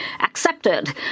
accepted